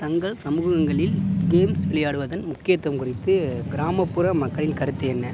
தங்கள் சமூகங்களில் கேம்ஸ் விளையாடுவதன் முக்கியத்துவம் குறித்து கிராமப்புற மக்களின் கருத்து என்ன